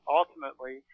ultimately